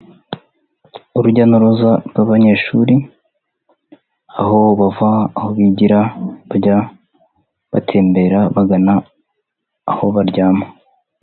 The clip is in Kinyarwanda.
Urujya n'uruza rw'abanyeshuri, aho bava aho bigira, bajya batembera bagana aho baryama.